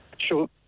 Sure